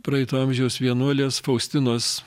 praeito amžiaus vienuolės faustinos